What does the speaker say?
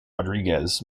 rodriguez